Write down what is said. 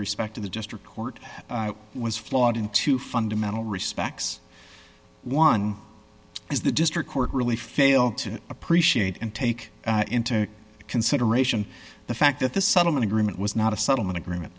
respect to the district court was flawed in two fundamental respects one is the district court really failed to appreciate and take into consideration the fact that the settlement agreement was not a settlement agreement